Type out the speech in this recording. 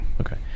Okay